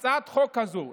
בציפור נפשו של הציבור החרדי,